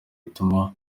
ituma